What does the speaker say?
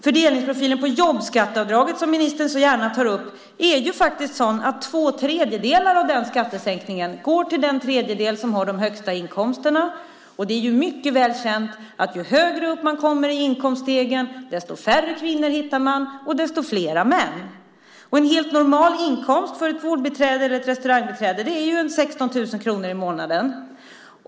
Fördelningsprofilen på jobbskatteavdraget, som ministern så gärna tar upp, är faktiskt sådan att två tredjedelar av den skattesänkningen går till den tredjedel som har de högsta inkomsterna. Det är mycket väl känt att ju högre upp man kommer på inkomststegen desto färre kvinnor hittar man och desto fler män. En helt normal inkomst för ett vårdbiträde eller ett restaurangbiträde är 16 000 kronor i månaden.